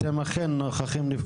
אתם אכן נוכחים-נפקדים.